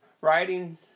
writing